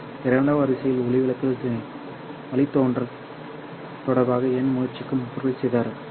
இரண்டாவது வரிசையில் ஒளிவிலகல் வழித்தோன்றல் தொடர்பாக n முயற்சிக்கும் பொருள் சிதறல்